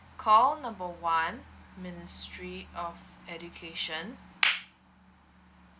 call number one ministry of education